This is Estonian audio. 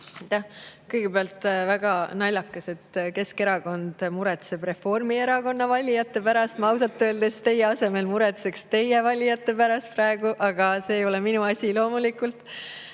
Kõigepealt, väga naljakas, et Keskerakond muretseb Reformierakonna valijate pärast. Ma ausalt öeldes teie asemel muretseks praegu oma valijate pärast. Aga see ei ole minu asi loomulikult.